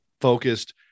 focused